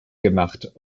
gemacht